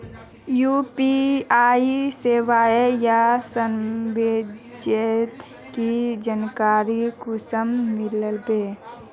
UPI सेवाएँ या services की जानकारी कुंसम मिलबे?